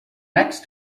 next